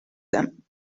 them